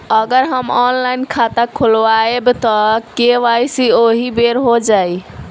अगर हम ऑनलाइन खाता खोलबायेम त के.वाइ.सी ओहि बेर हो जाई